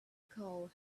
call